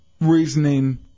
reasoning